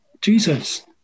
Jesus